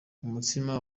umutsima